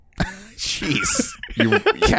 Jeez